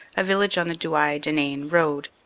a village on the douai-denain road.